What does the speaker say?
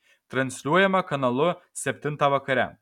transliuojama kanalu septintą vakare